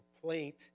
complaint